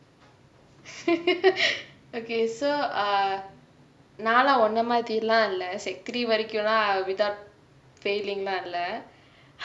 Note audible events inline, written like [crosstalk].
[laughs] okay so err நாலா ஒன்னே மாதிரிலா இல்லே:naalaa onane maathirilaa illae secondary three வரைக்குலா:varaikulaa without failing லா இல்லே:la illae